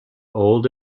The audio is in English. old